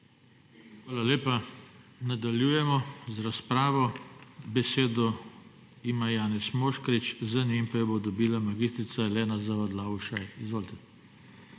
Hvala lepa. Nadaljujemo z razpravo. Besedo ima Janez Moškrič, za njim pa jo bo dobila mag. Elena Zavadlav Ušaj. Izvolite.